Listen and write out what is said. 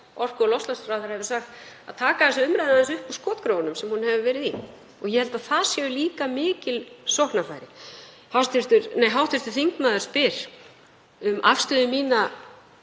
orku- og loftslagsráðherra hefur sagt, að taka þessa umræðu aðeins upp úr skotgröfunum sem hún hefur verið í. Ég held að það séu líka mikil sóknarfæri. Hv. þingmaður spyr um afstöðu mína